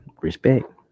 respect